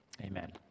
Amen